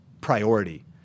priority